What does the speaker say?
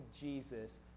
Jesus